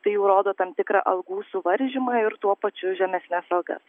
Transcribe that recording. tai jau rodo tam tikrą algų suvaržymą ir tuo pačiu žemesnes algas